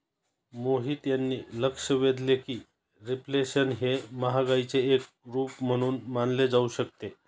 मोहित यांनी लक्ष वेधले की रिफ्लेशन हे महागाईचे एक रूप म्हणून मानले जाऊ शकते